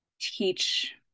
teach